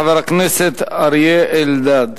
חבר הכנסת אריה אלדד.